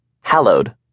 hallowed